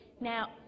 Now